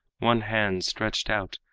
one hand stretched out,